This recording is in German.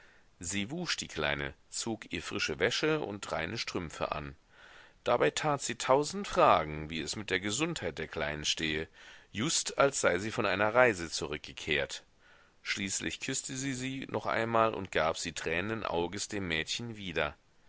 sie wusch die kleine zog ihr frische wäsche und reine strümpfe an dabei tat sie tausend fragen wie es mit der gesundheit der kleinen stehe just als sei sie von einer reise zurückgekehrt schließlich küßte sie sie noch einmal und gab sie tränenden auges dem mädchen wieder